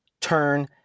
turn